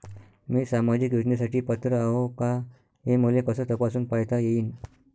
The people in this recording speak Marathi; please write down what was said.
मी सामाजिक योजनेसाठी पात्र आहो का, हे मले कस तपासून पायता येईन?